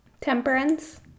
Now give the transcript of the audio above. temperance